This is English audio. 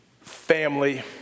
family